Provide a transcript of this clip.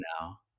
now